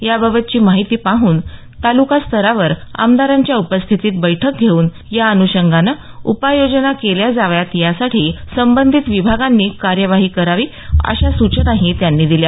याबाबतची माहिती पाहून तालुकास्तरावर आमदारांच्या उपस्थितीत बैठक घेऊन या अनुषंगानं उपाययोजना केल्या जाव्यात यासाठी संबंधित विभागांनी कार्यवाही करावी अश्या सूचनाही त्यांनी दिली